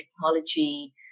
technology